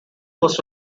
was